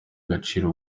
agaciro